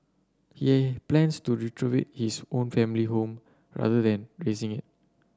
he plans to retrofit his own family home rather than razing it